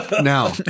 now